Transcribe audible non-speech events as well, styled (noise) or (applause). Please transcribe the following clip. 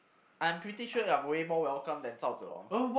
(unintelligible)